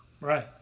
right